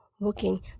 working